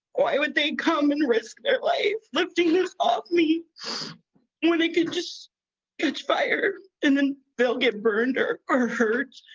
why would they come and risk their life lifting this ah me and when they could just expire and and they'll get burned or or hurt